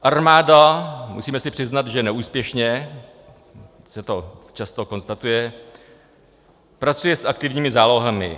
Armáda, musíme si přiznat, že neúspěšně, se to často konstatuje, pracuje s aktivními zálohami.